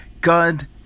God